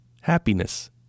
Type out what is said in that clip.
happiness